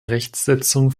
rechtsetzung